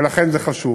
ולכן זה חשוב.